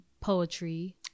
poetry